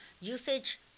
usage